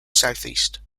southeast